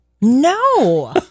No